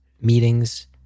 meetings